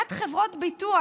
ועד חברות ביטוח.